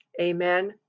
Amen